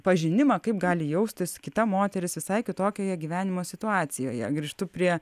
pažinimą kaip gali jaustis kita moteris visai kitokioje gyvenimo situacijoje grįžtu prie